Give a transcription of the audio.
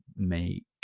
make